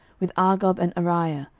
with argob and arieh,